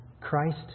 Christ